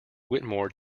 whittemore